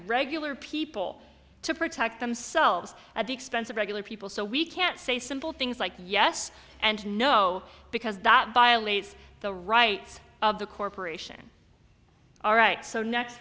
regular people to protect themselves at the expense of regular people so we can't say simple things like yes and no because that violates the rights of the corporation all right so next